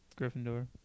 Gryffindor